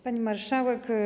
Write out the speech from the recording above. Pani Marszałek!